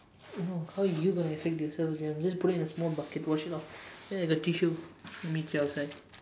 no how are you affect yourself I'm just going to put in a small bucket wash it off there I got tissue I'll meet you outside